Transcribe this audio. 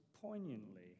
poignantly